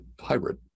hybrid